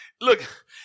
Look